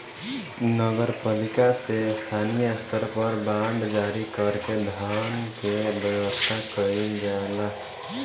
नगर पालिका से स्थानीय स्तर पर बांड जारी कर के धन के व्यवस्था कईल जाला